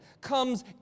comes